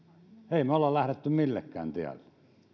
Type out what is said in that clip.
emme me ole lähteneet millekään tielle